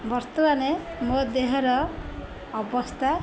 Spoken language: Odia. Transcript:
ବର୍ତ୍ତମାନ ମୋ ଦେହର ଅବସ୍ଥା